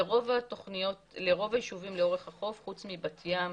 לרוב הישובים לאורך החוף, חוץ מבת ים